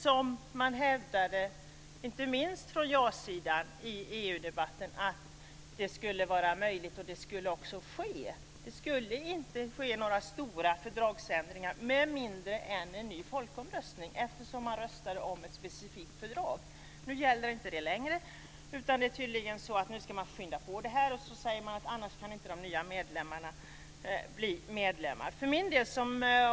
Man hävdade i EU-debatten inte minst från ja-sidan att detta skulle vara möjligt och även att det skulle ske. Det skulle inte göras några stora fördragsändringar med mindre än att en ny folkomröstning skulle genomföras, eftersom man röstade om ett specifikt fördrag. Nu gäller detta inte längre, utan man ska tydligen skynda på det här. Man säger att kandidatländerna annars inte kan bli nya medlemmar.